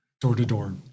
door-to-door